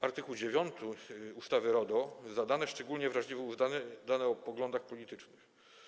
Art. 9 ustawy RODO za dane szczególnie wrażliwe uznaje dane o poglądach politycznych.